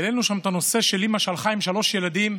העלינו שם את הנושא של אימא שהלכה עם שלושה ילדים,